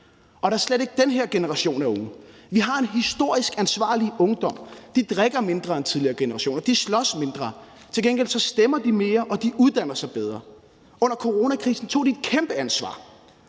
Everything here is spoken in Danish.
og da slet ikke den her generation af unge. Vi har en historisk ansvarlig ungdom. De drikker mindre end tidligere generationer; de slås mindre. Til gengæld stemmer de mere, og de uddanner sig bedre. Under coronakrisen tog de unge et kæmpe ansvar,